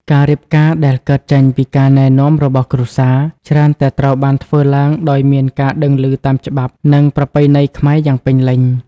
ការរៀបការដែលកើតចេញពីការណែនាំរបស់គ្រួសារ ច្រើនតែត្រូវបានធ្វើឡើងដោយមានការដឹងឮតាមច្បាប់ និងប្រពៃណីខ្មែរយ៉ាងពេញលេញ។